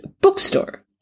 bookstore